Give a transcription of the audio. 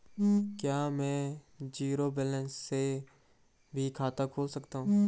क्या में zero balance से भी खाता खोल सकता हूँ?